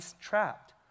trapped